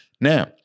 Now